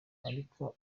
ariko